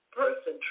person